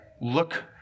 Look